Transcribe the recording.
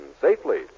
safely